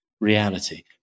reality